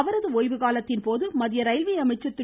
அவரது ஓய்வு காலத்தின்போது மத்திய ரயில்வே அமைச்சர் திரு